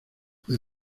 fue